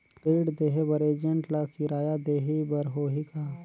ऋण देहे बर एजेंट ला किराया देही बर होही का?